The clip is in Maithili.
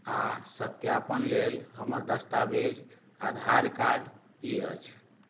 आ सत्यापनक लेल हमर दस्तावेज आधार कार्ड सेहो अछि